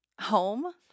home